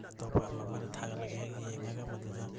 ꯑꯇꯣꯞꯄ ꯑꯃ ꯑꯃꯗ ꯊꯥꯒꯠꯂꯒ ꯍꯦꯛ ꯌꯦꯡꯉꯒ ꯃꯗꯨꯗ